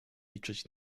liczyć